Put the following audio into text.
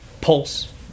Pulse